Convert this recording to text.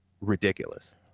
ridiculous